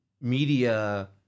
media